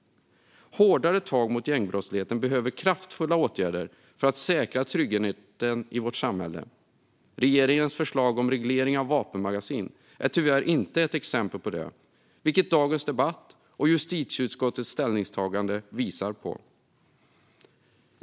Hårdare tag mot gängbrottsligheten behöver kraftfulla åtgärder för att säkra tryggheten i vårt samhälle. Regeringens förslag om reglering av vapenmagasin är tyvärr inte exempel på detta, vilket dagens debatt och justitieutskottets ställningstagande visar på.